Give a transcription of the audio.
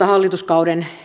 hallituskauden